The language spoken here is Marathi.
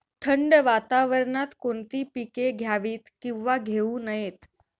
थंड वातावरणात कोणती पिके घ्यावीत? किंवा घेऊ नयेत?